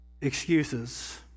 Excuses